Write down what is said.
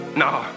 nah